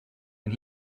and